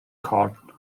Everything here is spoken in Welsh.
corn